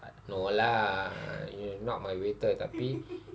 no lah you not my waiter tapi